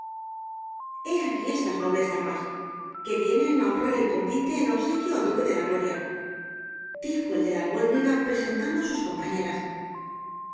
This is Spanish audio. pie aquí estas nobles damas que vienen á honrar tomo i v rosalía de castro el convite en obsequio al duque de la gloriadijo el de la albuérniga presentando á sus compañeras